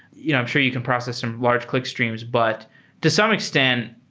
you know i'm sure you can process some large clickstreams. but to some extent,